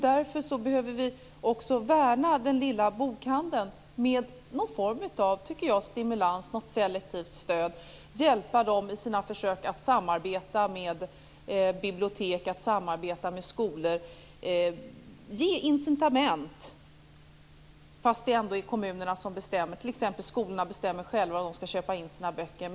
Därför behöver vi också värna den lilla bokhandeln med någon form av stimulans, något selektivt stöd, så att vi hjälper dem i deras försök att samarbeta med bibliotek och skolor. Man behöver ge dem incitament, trots att det ändå är kommunerna som bestämmer. T.ex. skolorna bestämmer själva var de skall köpa in sina böcker.